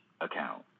account